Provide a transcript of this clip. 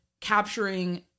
capturing